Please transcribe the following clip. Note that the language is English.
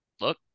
look